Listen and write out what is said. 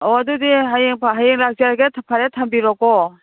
ꯑꯣ ꯑꯗꯨꯗꯤ ꯍꯌꯦꯡ ꯍꯌꯦꯡ ꯂꯥꯛꯆꯔꯒꯦ ꯐꯔꯦ ꯊꯝꯕꯤꯔꯣꯀꯣ